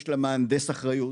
יש למהנדס אחריות,